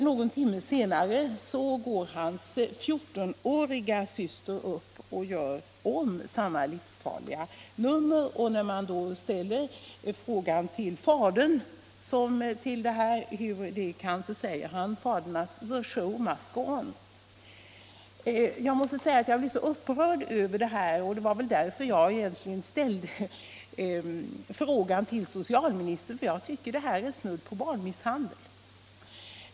Någon timme senare går artistens fjortonåriga syster upp och gör om samma livsfarliga nummer. När man då frågar fadern om saken säger han: The show must go on. Jag måste säga att jag blev mycket upprörd, och det var väl egentligen därför jag ställde frågan till socialministern, för jag tycker det här är snudd på barnmisshandel.